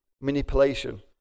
manipulation